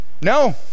No